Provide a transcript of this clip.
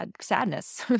Sadness